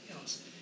else